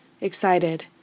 excited